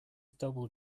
double